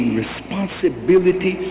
responsibility